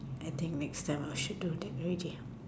I think next time I should do that already